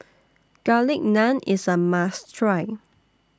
Garlic Naan IS A must Try